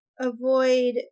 avoid